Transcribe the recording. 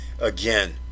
again